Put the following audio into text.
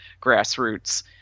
grassroots